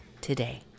today